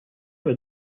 were